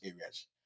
areas